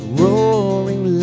roaring